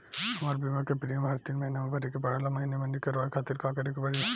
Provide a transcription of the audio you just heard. हमार बीमा के प्रीमियम हर तीन महिना में भरे के पड़ेला महीने महीने करवाए खातिर का करे के पड़ी?